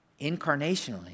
incarnationally